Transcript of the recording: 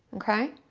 okay?